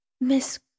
Miss